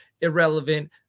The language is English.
Irrelevant